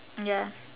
ya